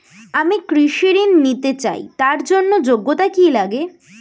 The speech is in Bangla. আমি কৃষি ঋণ নিতে চাই তার জন্য যোগ্যতা কি লাগে?